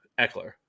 Eckler